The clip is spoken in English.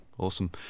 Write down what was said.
Awesome